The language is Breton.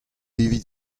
evit